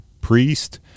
priest